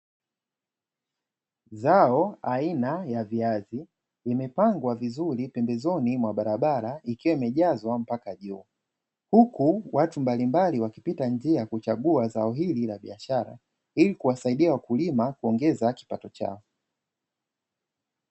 Zao aina ya viazi, vimepangwa vizuri pembezoni mwa barabara ikiwa imejazwa mpaka juu, huku watu mbalimbali wakipita njia kuchagua zao hili la biashara, ili kuwasaidia wakulima kuongeza kipato chao.